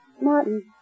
Martin